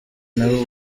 nawe